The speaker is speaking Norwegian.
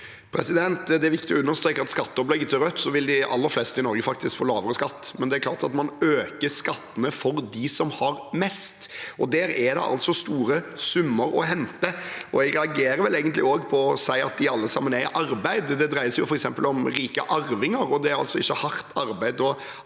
Det er viktig å understreke at med skatteopplegget til Rødt vil de aller fleste i Norge faktisk få lavere skatt, men det er klart man øker skattene for dem som har mest, og der er det altså store summer å hente. Jeg reagerer vel egentlig også på å si at de alle er i arbeid. Det dreier seg f.eks. om rike arvinger, og det er altså ikke hardt arbeid å arve.